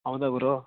ಹೌದಾ ಗುರು